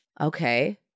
Okay